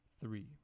three